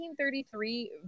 1933